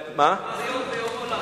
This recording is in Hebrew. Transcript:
דבר יום ביומו.